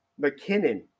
McKinnon